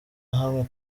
hamwe